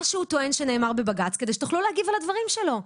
שהוא טוען שנאמר בבג"ץ כדי שתוכלו להגיב על הדברים שלו.